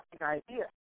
idea